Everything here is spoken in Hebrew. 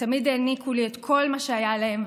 ותמיד העניקו לי את כל מה שהיה להם,